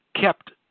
kept